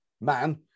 man